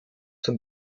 zum